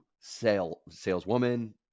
saleswoman